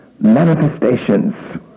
manifestations